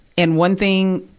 and one thing,